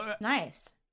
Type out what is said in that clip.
nice